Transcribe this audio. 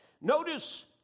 Notice